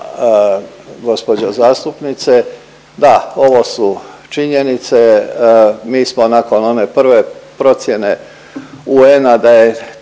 gospođo zastupnice. Da, ovo su činjenice, mi smo nakon one prve procjene UN-a da je